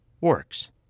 Works